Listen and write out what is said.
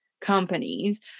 companies